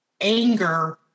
anger